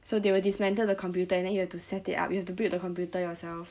so they will dismantle the computer and then you have to set it up you have to build the computer yourself